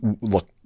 Look